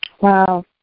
wow